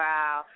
Wow